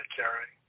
carry